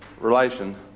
relation